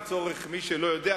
לצורך מי שלא יודע,